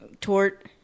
Tort